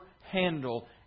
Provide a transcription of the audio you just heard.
handle